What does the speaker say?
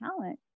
talent